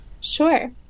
Sure